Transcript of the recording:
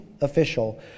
official